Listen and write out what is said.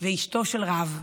ואשתו של רב,